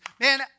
man